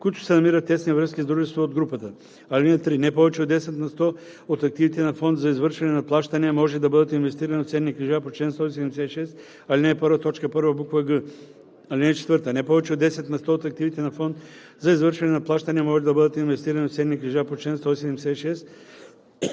които се намират в тесни връзки с дружества от групата. (3) Не повече от 10 на сто от активите на фонд за извършване на плащания може да бъдат инвестирани в ценни книжа по чл. 176, ал. 1, т. 1, буква „г“. (4) Не повече от 10 на сто от активите на фонд за извършване на плащания може да бъдат инвестирани в ценни книжа по чл. 176,